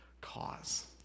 cause